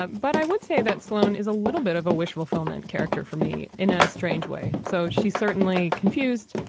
but but i would say that sloan is a little bit of a wish fulfillment character for me in a strange way. so she's certainly confused,